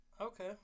Okay